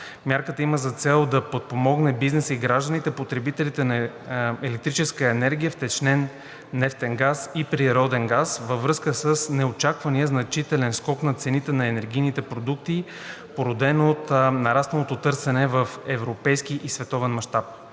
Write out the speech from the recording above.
Мярката има за цел да подпомогне бизнеса и гражданите, потребители на електрическа енергия, втечнен нефтен газ и природен газ, във връзка с неочаквания значителен скок на цените на енергийните продукти, породени от нарасналото търсене в европейски и световен мащаб.